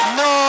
no